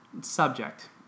subject